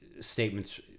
statements